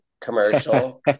commercial